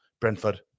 Brentford